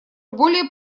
более